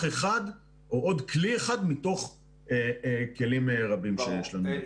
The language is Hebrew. אחד או עוד כלי אחד מתוך כלים רבים שיש לנו בתוך המערכת.